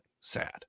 Sad